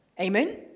Amen